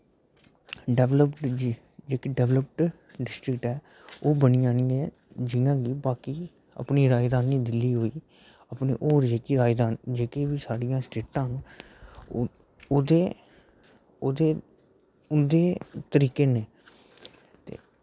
developed जेह्की developed district ऐ ओह् बनी जानी ऐ जि'यां कि बाकी अपनी राजधानी दिल्ली होई अपने होर जेह्की राजधानी जेह्कियां बी साढ़ियां स्टेटां न ओह्दे उं'दे तरीके न